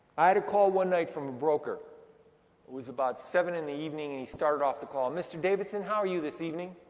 i had a call one night from a broker, it was about seven in the evening, and he started off the call, mr. davidson, how are you this evening?